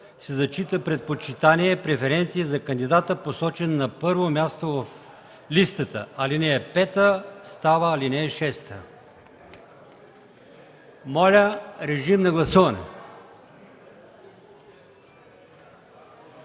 се зачита предпочитание (преференция) за кандидата, посочен на първо място в листата.” Алинея 5 става ал. 6. Моля, режим на гласуване.